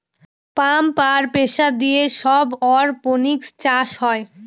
pump আর pressure দিয়ে সব অরপনিক্স চাষ হয়